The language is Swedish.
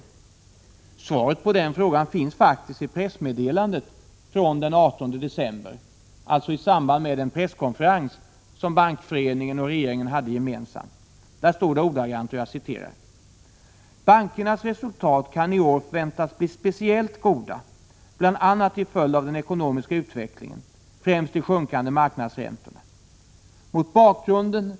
Svaret Affärsbank så på den frågan finns faktiskt i pressmeddelandet från den presskonferens den ="> SE YSTRRITORAE till forskning 18 december som Bankföreningen och regeringen hade gemensamt. Där står det ordagrant: ”Bankernas resultat kan i år väntas bli speciellt goda bland annat till följd av den ekonomiska utvecklingen, främst de sjunkande marknadsräntorna.